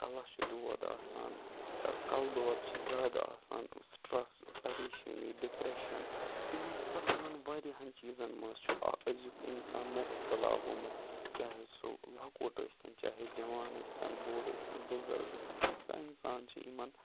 کَلَس چھُ دود آسان کَلہٕ دود چھُ زیادٕ آسان سٹرٛس پرییشٲنی ڈِپریشَن یِمَن سۄ یِمَن واریاہَن چیٖزَن منٛز چھُ أزیُک اِنسان مُبتہٕ لاگومُت چاہے سُہ لَکُٹ ٲسۍ تن چاہے جَوان ٲسۍ تن بوٚڑ ٲسۍ تن بُزَرگ ٲسۍ تَن پرٮ۪تھ کانٛہہ اِنسان چھُ چھِ یِمَن